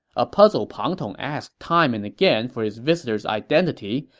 a puzzled pang tong asked time and again for his visitor's identity,